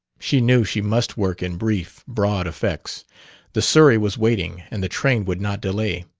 she knew she must work in brief, broad effects the surrey was waiting and the train would not delay.